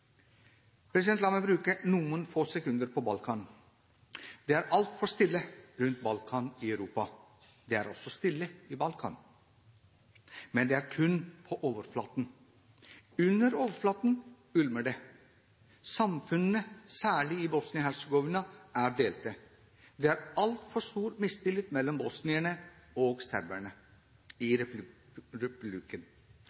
La meg bruke noen få sekunder på Balkan. Det er altfor stille rundt Balkan i Europa. Det er også stille i Balkan. Men det er kun på overflaten. Under overflaten ulmer det. Samfunnene, særlig i Bosnia-Hercegovina, er delte. Det er altfor stor mistillit mellom bosnierne og serberne i